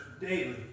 daily